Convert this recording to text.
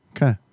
Okay